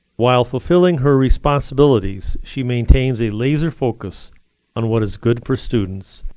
while fulfilling her responsibilities, she maintains a laser focus on what is good for students.